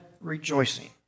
rejoicing